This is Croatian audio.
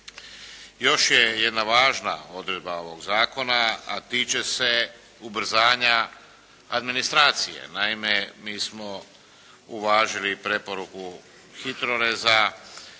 Još je jedna važna odredba ovog zakona, a tiče se ubrzanja administracije. Naime, mi smo uvažili preporuku HITRORez-a